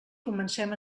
comencem